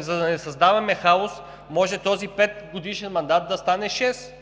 За да не създаваме хаос, може този петгодишен мандат да стане шест,